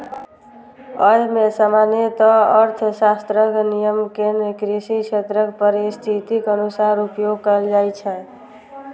अय मे सामान्य अर्थशास्त्रक नियम कें कृषि क्षेत्रक परिस्थितिक अनुसार उपयोग कैल जाइ छै